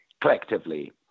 collectively